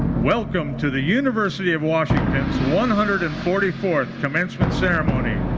welcome to the university of washington's one hundred and forty fourth commencement ceremony,